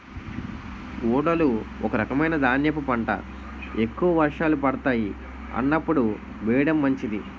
ఊదలు ఒక రకమైన ధాన్యపు పంట, ఎక్కువ వర్షాలు పడతాయి అన్నప్పుడు వేయడం మంచిది